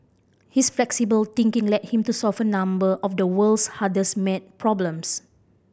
his flexible thinking led him to solve a number of the world's hardest maths problems